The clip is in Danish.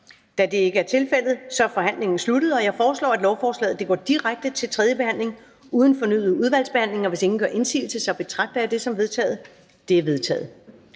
tiltrådt af udvalget? De er vedtaget. Jeg foreslår, at lovforslaget går direkte til tredje behandling uden fornyet udvalgsbehandling. Hvis ingen gør indsigelse, betragter jeg det som vedtaget. Det er vedtaget.